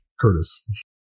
Curtis